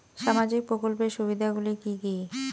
সামাজিক প্রকল্পের সুবিধাগুলি কি কি?